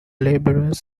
labourers